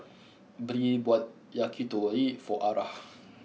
Bree bought Yakitori for Arah